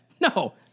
no